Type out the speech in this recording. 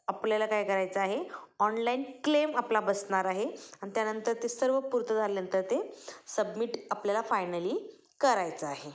आपल्याला काय करायचं आहे ऑणलाईन क्लेम आपला बसणार आहे आणि त्यानंतर ते सर्व पुरतं झाल्यानंतर ते सबमिट आपल्याला फायनली करायचं आहे